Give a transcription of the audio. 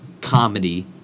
comedy